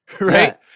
right